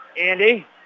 Andy